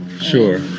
Sure